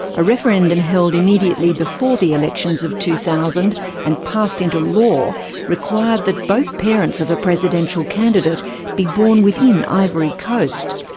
a referendum held immediately before the elections of two thousand and passed into law required that both parents of a presidential candidate be born within ivory coast.